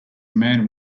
man